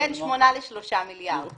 בין שמונה לשלושה מיליארד שקלים.